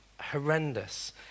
horrendous